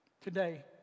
Today